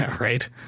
Right